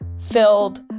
filled